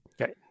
Okay